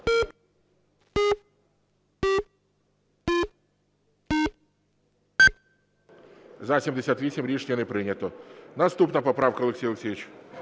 За-78 Рішення не прийнято. Наступна поправка, Олексій Олексійович.